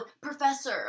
professor